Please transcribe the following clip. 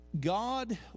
god